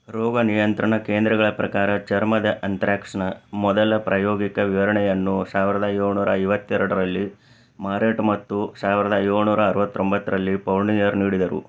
ರೋಗ ನಿಯಂತ್ರಣ ಕೇಂದ್ರಗಳ ಪ್ರಕಾರ ಚರ್ಮದ ಎಂಥ್ರಾಕ್ಸ್ನ ಮೊದಲ ಪ್ರಾಯೋಗಿಕ ವಿವರಣೆಯನ್ನು ಸಾವಿರದ ಏಳುನೂರ ಐವತ್ತೆರಡರಲ್ಲಿ ಮಾರೆಟ್ ಮತ್ತು ಸಾವಿರದ ಏಳುನೂರ ಅರುವತ್ತೊಂಬತ್ತರಲ್ಲಿ ಪೌರ್ನಿಯರ್ ನೀಡಿದರು